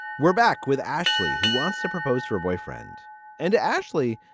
we're back with ashley. who wants to propose to her boyfriend and to ashley?